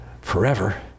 forever